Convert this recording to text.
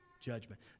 judgment